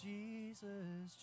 Jesus